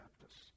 Baptists